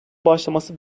başlaması